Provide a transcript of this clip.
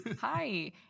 hi